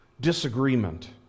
disagreement